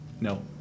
No